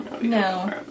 no